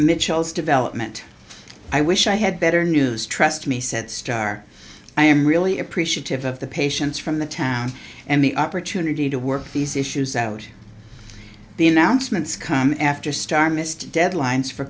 mitchell's development i wish i had better news trust me said star i am really appreciative of the patients from the town and the opportunity to work these issues out the announcements come after star missed deadlines for